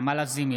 נעמה לזימי,